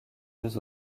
deux